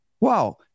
Wow